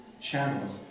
Channels